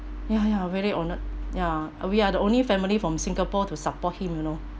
ya ya very honoured ya uh we are the only family from singapore to support him you know